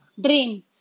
drain